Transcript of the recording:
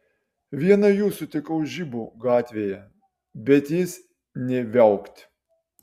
vieną jų sutikau žibų gatvėje bet jis nė viaukt